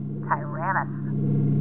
Tyrannus